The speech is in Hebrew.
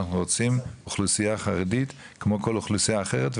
אנחנו רוצים אוכלוסייה חרדית כמו כל אוכלוסייה אחרת,